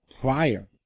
prior